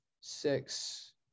six